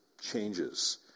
changes